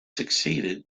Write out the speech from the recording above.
succeeded